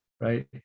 right